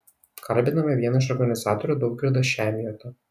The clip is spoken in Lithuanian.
kalbiname vieną iš organizatorių daugirdą šemiotą